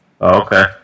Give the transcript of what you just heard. Okay